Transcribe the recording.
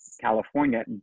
California